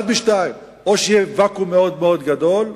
אחד משניים: או שיהיה ואקום מאוד מאוד גדול,